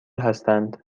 هستند